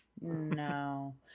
No